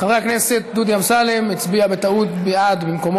חבר הכנסת דודי אמסלם הצביע בטעות בעד במקומו